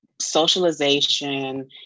socialization